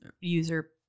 user